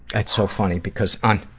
it's so funny, because on,